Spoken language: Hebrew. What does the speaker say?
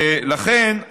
לכן,